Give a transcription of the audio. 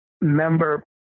member